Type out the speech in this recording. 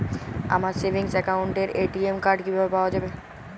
আমার সেভিংস অ্যাকাউন্টের ATM card কিভাবে পাওয়া যাবে?